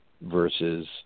versus